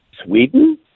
Sweden